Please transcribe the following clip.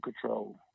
control